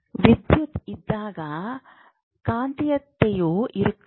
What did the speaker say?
ವಿದ್ಯುತ್ ಇದ್ದಾಗ ಕಾಂತೀಯತೆಯೂ ಇರುತ್ತದೆ